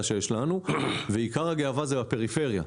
שיש לנו ועיקר הגאווה היא בפריפריה.